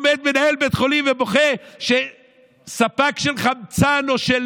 עומד מנהל בית חולים ובוכה שספק של חמצן או של